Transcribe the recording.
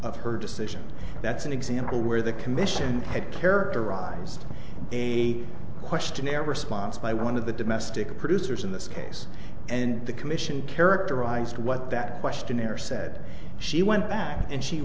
of her decisions that's an example where the commission had characterized a questionnaire response by one of the domestic producers in this case and the commission characterized what that questionnaire said she went back and she